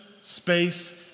space